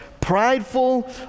prideful